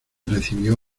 recibió